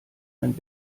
ein